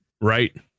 right